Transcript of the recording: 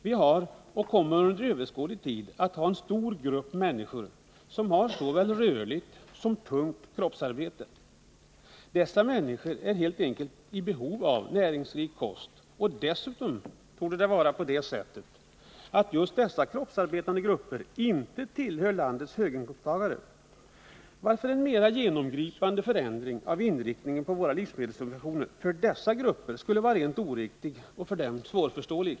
Vi har och kommer under överskådlig tid att ha en stor grupp människor, som har såväl rörligt som tungt kroppsarbete. Dessa människor är ju helt enkelt i behov av näringsrik kost, och dessutom torde just dessa kroppsarbetande grupper inte tillhöra landets höginkomsttagare, varför en mera genomgripande förändring av inriktningen på våra livsmedelssubventioner för dessa grupper skulle vara rent oriktig och för dem svårförståelig.